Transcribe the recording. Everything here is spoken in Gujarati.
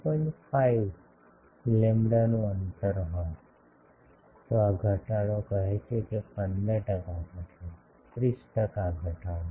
5 લેમ્બડાનું અંતર હોય તો આ ઘટાડો કહે છે 15 ટકા ઘટાડો 30 ટકા ઘટાડો